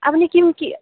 আপুনি কিম কি